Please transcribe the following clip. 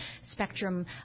spectrum